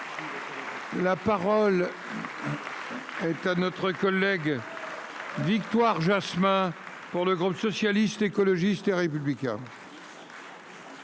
La parole est à Mme Victoire Jasmin, pour le groupe Socialiste, Écologiste et Républicain.